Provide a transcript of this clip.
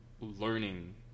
learning